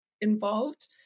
involved